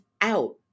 out